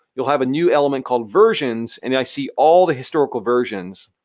you'll have a new element called versions, and i see all the historical versions.